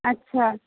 अच्छा